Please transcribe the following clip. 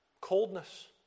coldness